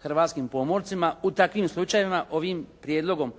hrvatskim pomorcima u takvim slučajevima, ovim prijedlogom